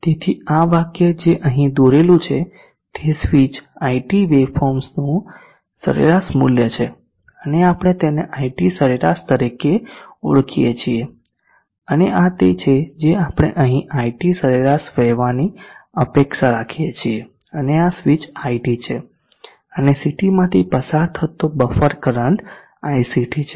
તેથી આ વાક્ય જે અહીં દોરેલું છે તે સ્વિચ iT વેવફોર્મનું સરેરાશ મૂલ્ય છે અને આપણે તેને iT સરેરાશ તરીકે ઓળખીએ છીએ અને આ તે છે જે આપણે અહીં iT સરેરાશ વહેવાની અપેક્ષા રાખીએ છીએ આ સ્વીચ iT છે અને CT માંથી પસાર થતો બફર કરંટ ict છે